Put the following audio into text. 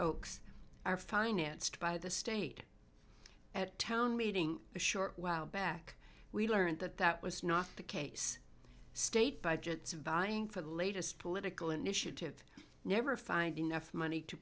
oaks are financed by the state at town meeting a short while back we learned that that was not the case state budgets vying for the latest political initiative never finding enough money to